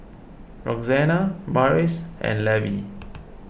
Roxana Morris and Levie